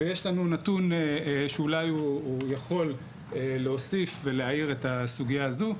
ויש לנו נתון שאולי יכול להוסיף ולהעיר את הסוגיה הזאת.